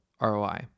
ROI